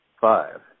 five